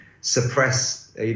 suppress